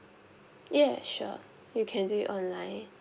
yeah sure you can do it online